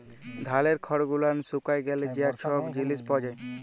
ধালের খড় গুলান শুকায় গ্যালে যা ছব জিলিস পাওয়া যায়